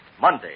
Monday